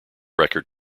record